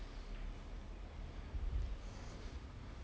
um marketing like a salesperson you he'll be going to